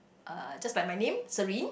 uh just like my name Serene